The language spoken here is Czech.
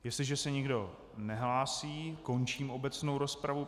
Jestliže se nikdo nehlásí, končím obecnou rozpravu.